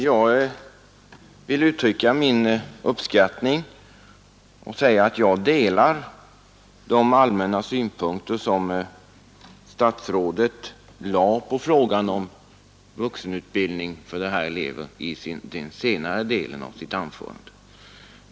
Jag vill uttrycka min uppskattning och säga att jag delar de allmänna synpunkter som statsrådet i den senare delen av sitt anförande lade på frågan om vuxenutbildningen för berörda elever.